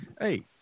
Hey